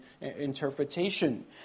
interpretation